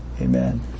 amen